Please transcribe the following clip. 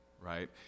right